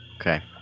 Okay